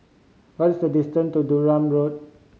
what is the distant to Durham Road